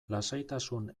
lasaitasun